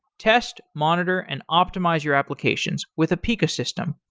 test, monitor, and optimize your applications with apica system.